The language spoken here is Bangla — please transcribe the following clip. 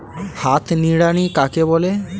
হাত নিড়ানি কাকে বলে?